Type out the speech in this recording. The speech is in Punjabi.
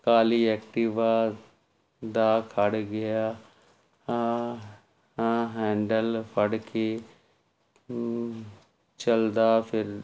ਕਾਲੀ ਐਕਟਿਵਾ ਦਾ ਖੜ੍ਹ ਗਿਆ ਹਾਂ ਹਾਂ ਹੈਂਡਲ ਫੜ ਕੇ ਚੱਲਦਾ ਫਿਰ